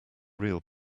real